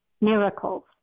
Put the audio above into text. miracles